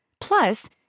Plus